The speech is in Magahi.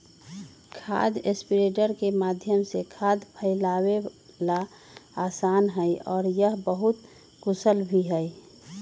खाद स्प्रेडर के माध्यम से खाद फैलावे ला आसान हई और यह बहुत कुशल भी हई